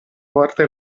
porta